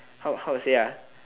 how how to say ah